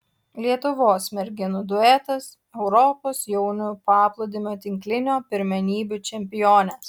lietuvos merginų duetas europos jaunių paplūdimio tinklinio pirmenybių čempionės